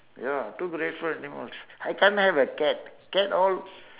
ya two grateful animals I can't have a cat cat all